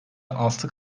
altı